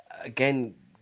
again